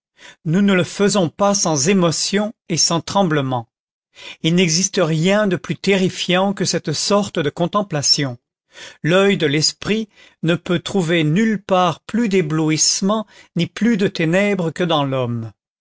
nous ne le faisons pas sans émotion et sans tremblement il n'existe rien de plus terrifiant que cette sorte de contemplation l'oeil de l'esprit ne peut trouver nulle part plus d'éblouissements ni plus de ténèbres que dans l'homme